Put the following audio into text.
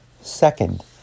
second